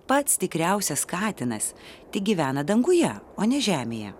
pats tikriausias katinas tik gyvena danguje o ne žemėje